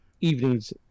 evenings